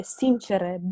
sincere